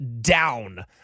down